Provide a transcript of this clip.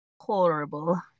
Horrible